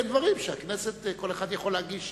אלה דברים שכל אחד יכול להגיש